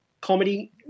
comedy